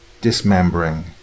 dismembering